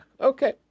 Okay